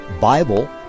Bible